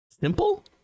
simple